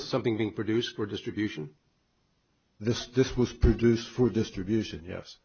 something produced for distribution this disc was produced food distribution yes